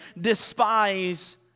despise